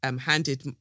handed